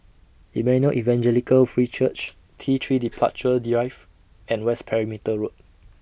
Emmanuel Evangelical Free Church T three Departure Drive and West Perimeter Road